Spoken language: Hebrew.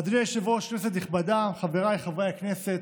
אדוני היושב-ראש, כנסת נכבדה, חבריי חברי הכנסת,